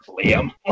Liam